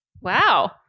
Wow